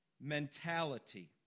mentality